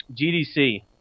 GDC